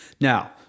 Now